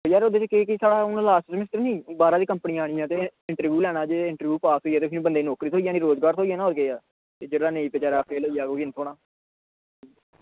यार ओह्दे ई केह् लॉस्ट सेमेस्टर ना ते बाहरा दियां कंपनियां आह्नियां ते उनें इंटरव्यू लैना ते इंटरव्यू पास होया ते नौकरी थ्होई जानी रोज़गार थ्होई जाना होर केह् ऐ इद्धर दा बेचारा फेल होई जाह्ग ओह्बी निं थ्होना